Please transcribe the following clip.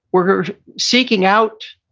we're seeking out,